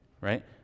right